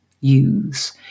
use